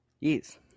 Yes